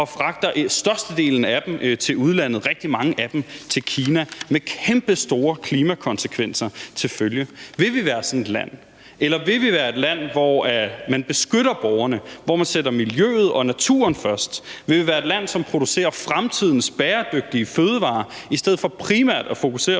og fragter størstedelen af dem til udlandet – rigtig mange af dem til Kina – med kæmpestore klimakonsekvenser til følge? Vil vi være sådan et land, eller vil vi være et land, hvor man beskytter borgerne, og hvor man sætter miljøet og naturen først? Vil vi være et land, som producerer fremtidens bæredygtige fødevarer i stedet for primært at fokusere